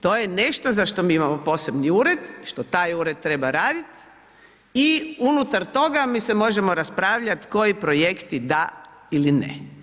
To je nešto za što mi imamo posebni ured, što taj ured treba raditi i unutar toga, mi se možemo raspravljati koji projekti da ili ne.